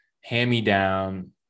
hand-me-down